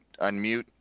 unmute